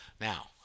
Now